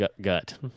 gut